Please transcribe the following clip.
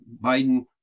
Biden